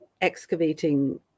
excavating